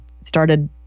started